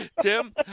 Tim